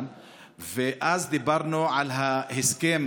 ואז דיברנו על ההסכם